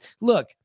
look